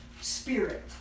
spirit